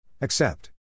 Accept